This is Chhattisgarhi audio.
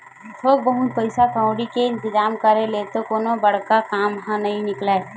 थोक बहुत पइसा कउड़ी के इंतिजाम करे ले तो कोनो बड़का काम ह नइ निकलय